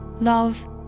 love